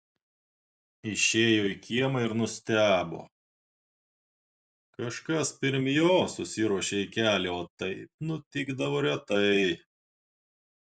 išėjo į kiemą ir nustebo kažkas pirm jo susiruošė į kelią o taip nutikdavo retai